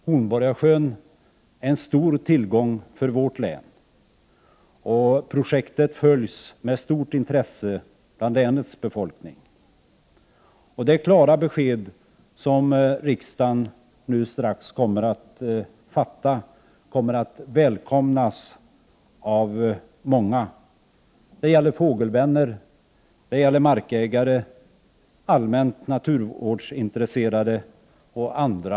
Hornborgasjön är en stor tillgång för vårt län och projektet följs med stort intresse bland länets befolkning. Det klara besked som riksdagen snart ger kommer att välkomnas av många. Det gäller fågelvänner, markägare, allmänt naturvårdsintresserade och andra.